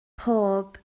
pob